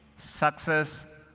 success,